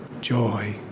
joy